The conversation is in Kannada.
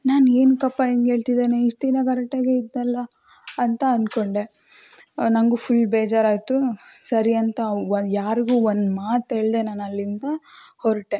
ನಾನು ಏನಕ್ಕಪ್ಪ ಹಿಂಗೆ ಹೇಳ್ತಿದ್ದಾನೆ ಇಷ್ಟು ದಿನ ಕರೆಕ್ಟಾಗೇ ಇದ್ದನಲ್ಲ ಅಂತ ಅನ್ಕೊಂಡೆ ನನಗೂ ಫುಲ್ ಬೇಜಾರಾಯಿತು ಸರಿ ಅಂತ ವ ಯಾರಿಗೂ ಒಂದ್ ಮಾತು ಹೇಳದೆ ನಾನಲ್ಲಿಂದ ಹೊರಟೆ